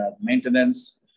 maintenance